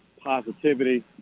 positivity